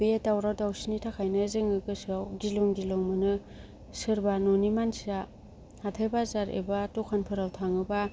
बे दावराव दावसिनि थाखायनो गोसोआव जोङो गिलुं गिलुं मोनो सोरबा न'नि मानसिया हाथाय बाजार एबा दखानफोराव थाङोबा